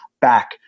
back